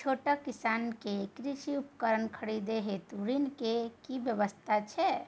छोट किसान के कृषि उपकरण खरीदय हेतु ऋण के की व्यवस्था छै?